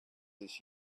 this